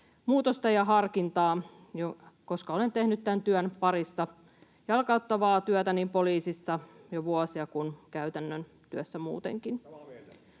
muutosta ja harkintaa, koska olen tehnyt tämän työn parissa jalkauttavaa työtä niin poliisissa jo vuosia kuin käytännön työssä muutenkin.